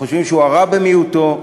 חושבים שהוא הרע במיעוטו,